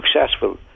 successful